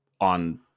on